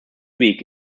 week